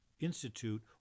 Institute